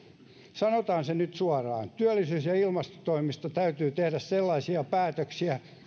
sanotaan se nyt suoraan työllisyys ja ilmastotoimista täytyy tehdä sellaisia päätöksiä